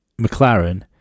McLaren